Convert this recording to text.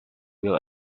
will